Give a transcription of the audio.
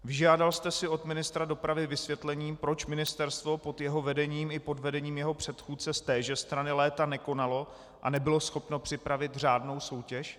Vyžádal jste si od ministra dopravy vysvětlení, proč ministerstvo pod jeho vedením i pod vedením jeho předchůdce z téže strany léta nekonalo a nebylo schopno připravit řádnou soutěž?